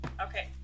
okay